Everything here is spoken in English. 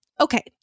Okay